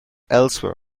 elsewhere